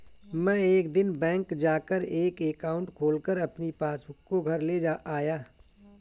मै एक दिन बैंक जा कर एक एकाउंट खोलकर अपनी पासबुक को घर ले आया